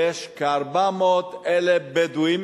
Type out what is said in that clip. יש כ-400,000 בדואים